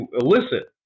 elicit